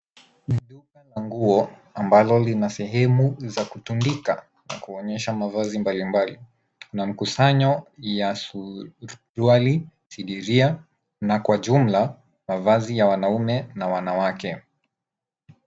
NI duka la nguo ambalo lina sehemu za kutundika na kuonyesha mavazi mbalimbali na mkusanyo ya suruali, sidiria na kwa jumla mavazi ya wanaume na wanawake.